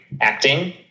acting